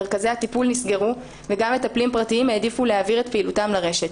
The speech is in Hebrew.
מרכזי הטיפול נסגרו וגם מטפלים פרטיים העדיפו להעביר את פעילותם לרשת.